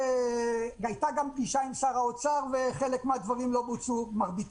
הייתה גם פגישה עם שר האוצר ומרבית הדברים לא בוצעו.